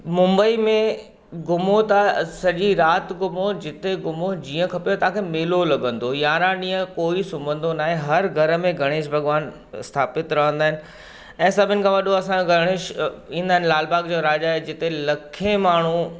मुंबई में घुमो था सॼी राति घुमो जिते घुमो जीअं खपेव तव्हांखे मेलो लॻंदो यारहं कोई सुम्हंदो न आहे हर घर में गणेश भॻवानु स्थापित रहंदा आहिनि ऐं सभिनि खां वॾो असांजो गणेश अ ईंदा आहिनि असांजे लाल बाग जो राजा ऐं जिते लखे माण्हू